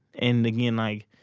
and again, like,